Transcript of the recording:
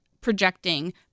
projecting